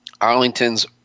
Arlington's